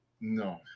no